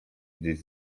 gdzieś